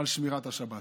על שמירת השבת.